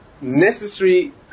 necessary